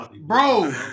Bro